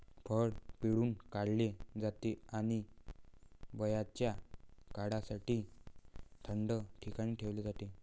फळ पिळून काढले जाते आणि बर्याच काळासाठी थंड ठिकाणी ठेवले जाते